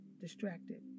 Distracted